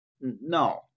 No